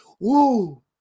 Woo